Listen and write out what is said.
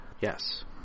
yes